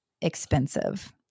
expensive